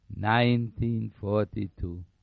1942